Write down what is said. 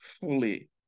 fully